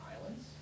islands